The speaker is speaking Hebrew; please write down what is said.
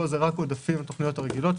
פה זה רק עודפים ותוכניות רגילות,